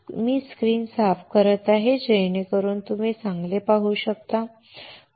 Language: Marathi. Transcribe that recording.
मी स्क्रीन साफ करत आहे जेणेकरून तुम्ही चांगले पाहू शकता